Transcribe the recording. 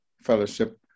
fellowship